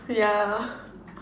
yeah